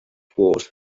wars